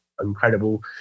incredible